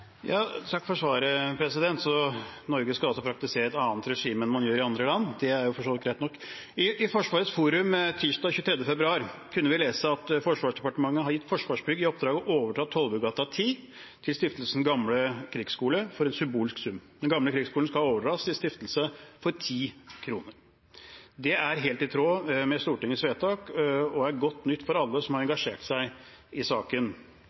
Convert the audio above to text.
Takk for svaret. Så Norge skal altså praktisere et annet regime enn man gjør i andre land. Det er for så vidt greit nok. I Forsvarets forum tirsdag 23. februar kunne vi lese at Forsvarsdepartementet har gitt Forsvarsbygg i oppdrag å overdra Tollbugata 10 til Stiftelsen Den Gamle Krigsskole for en symbolsk sum. Den gamle krigsskolen skal overdras til stiftelsen for 10 kr. Det er helt i tråd med Stortingets vedtak og er godt nytt for alle som har engasjert seg i saken.